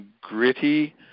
gritty